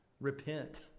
Repent